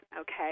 okay